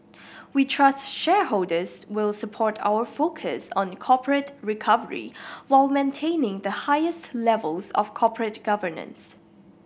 we trust shareholders will support our focus on corporate recovery while maintaining the highest levels of corporate governance